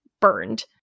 burned